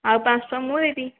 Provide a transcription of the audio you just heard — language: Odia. ଆଉ ପାଞ୍ଚ ଶହ ଟଙ୍କା ମୁଁ ଦେବି